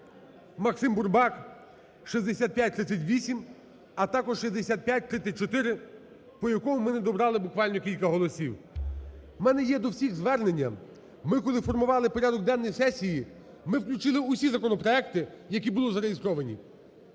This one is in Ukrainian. Максим Бурбак, 6538, а також 6534, по якому ми не добрали, буквально, кілька голосів. У мене є до всіх звернення. Ми, коли формували порядок денний сесії, ми включили всі законопроекти, які були зареєстровані,